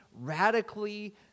radically